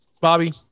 Bobby